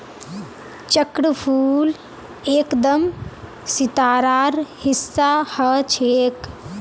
चक्रफूल एकदम सितारार हिस्सा ह छेक